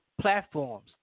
platforms